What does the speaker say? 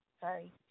sorry